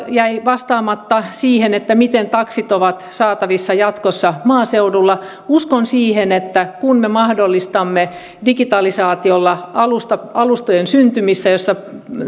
jäi vastaamatta siihen miten taksit ovat saatavissa jatkossa maaseudulla uskon siihen että kun me mahdollistamme digitalisaatiolla alustojen syntymistä joilla